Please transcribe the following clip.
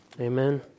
Amen